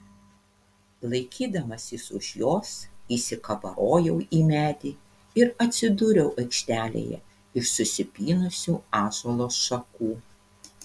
laikydamasis už jos įsikabarojau į medį ir atsidūriau aikštelėje iš susipynusių ąžuolo šakų